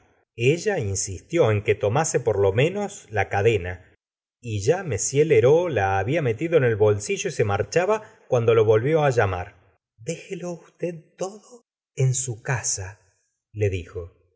ella insistió en que tomase por lo menos la cadena y ya m lheureux la babia metido en el bolsillo y se marc haba cuando lo volvió á llamar déjelo usted todo en su casa le dijo